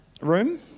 room